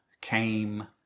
came